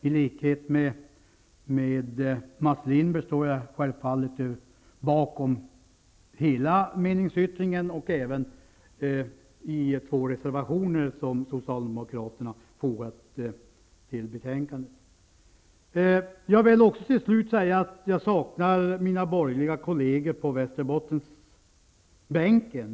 I likhet med Mats Lindberg står jag självfallet bakom hela meningsyttringen och även de två reservationer som Socialdemokraterna har fogat till betänkandet. Jag vill också till slut säga att jag här saknar mina borgerliga kolleger på Västerbottensbänken.